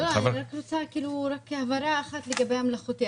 לא, אני רק רוצה הבהרה אחת לגבי המלאכותי.